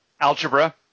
Algebra